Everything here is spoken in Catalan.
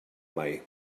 mai